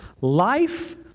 Life